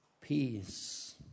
peace